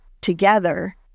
together